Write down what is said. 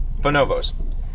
Bonobos